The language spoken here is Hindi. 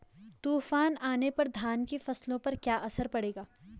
तूफान आने पर धान की फसलों पर क्या असर पड़ेगा?